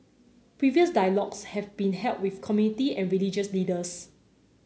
previous dialogues have been held with committee and religious leaders